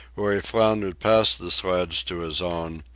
when he floundered past the sleds to his own,